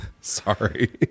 Sorry